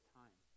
time